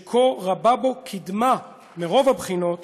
שכה רבה בו קדמה מרוב הבחינות,